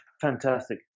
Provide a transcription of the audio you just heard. Fantastic